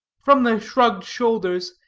from the shrugged shoulders,